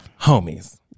Homies